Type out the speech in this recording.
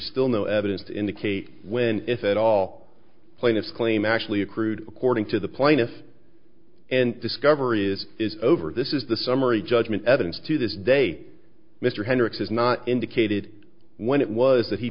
still no evidence to indicate when if at all plaintiff's claim actually accrued according to the plaintiff and discovery is is over this is the summary judgment evidence to this day mr hendricks has not indicated when it was that he